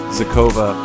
Zakova